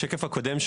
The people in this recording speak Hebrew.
בשקף הקודם,